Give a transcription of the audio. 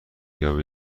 یابی